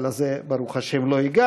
אבל לזה, ברוך השם, לא הגענו.